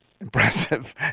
impressive